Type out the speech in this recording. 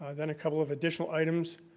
then a couple of additional items,